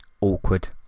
awkward